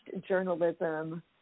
journalism